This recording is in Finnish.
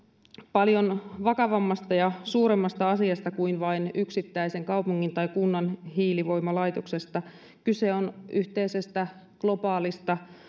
paljon vakavammasta ja suuremmasta asiasta kuin vain yksittäisen kaupungin tai kunnan hiilivoimalaitoksesta kyse on yhteisestä globaalista